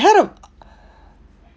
had a